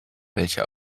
welcher